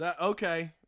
Okay